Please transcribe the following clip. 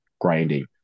grinding